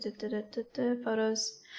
Photos